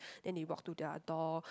then they walk to their door